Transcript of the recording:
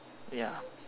ya